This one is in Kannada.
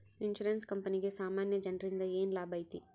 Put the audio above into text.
ಇನ್ಸುರೆನ್ಸ್ ಕ್ಂಪನಿಗೆ ಸಾಮಾನ್ಯ ಜನ್ರಿಂದಾ ಏನ್ ಲಾಭೈತಿ?